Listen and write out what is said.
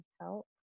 help